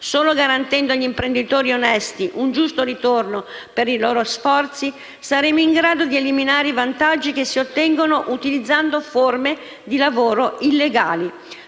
Solo garantendo agli imprenditori onesti un giusto ritorno per i loro sforzi, saremo in grado di eliminare i vantaggi che si ottengono utilizzando forme di lavoro illegali.